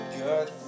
good